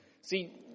See